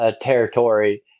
territory